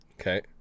Okay